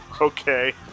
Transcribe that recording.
Okay